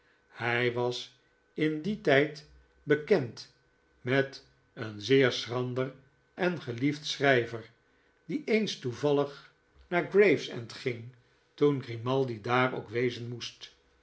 hij was in dien tijd bekend met een zeer schrander en geliefd schrijver die eens toevallig naar gravesend ging toen grimaldi daar ook wezen moest